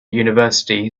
university